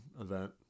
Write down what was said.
event